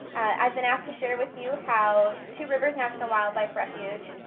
i've been asked to share with you how two rivers national wildlife refuge,